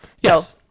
yes